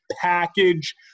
package